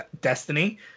destiny